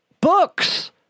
books